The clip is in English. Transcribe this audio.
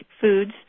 foods